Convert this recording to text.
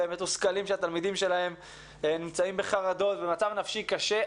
תקופה שהם מתוסכלים שהתלמידים שלהם נמצאים בחרדות ובמצב נפשי קשה,